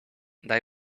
that